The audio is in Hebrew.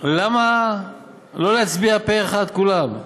למה לא להצביע פה-אחד כולם?